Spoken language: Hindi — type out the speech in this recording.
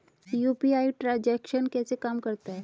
यू.पी.आई ट्रांजैक्शन कैसे काम करता है?